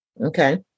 Okay